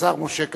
השר משה כחלון.